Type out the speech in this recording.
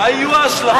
מה יהיו ההשלכות?